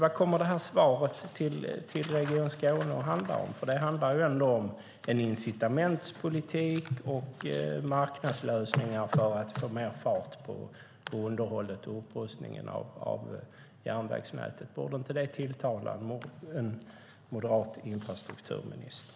Vad kommer svaret till Region Skåne att handla om? Det hela handlar ju om en incitamentspolitik och om marknadslösningar för att få mer fart på underhållet och upprustningen av järnvägsnätet. Borde inte det tilltala en moderat infrastrukturminister?